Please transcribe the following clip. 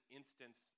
instance